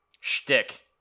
shtick